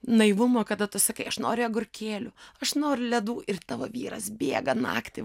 naivumo kada tu sakai aš noriu agurkėlių aš noriu ledų ir tavo vyras bėga naktį